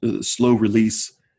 slow-release